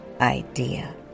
idea